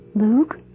Luke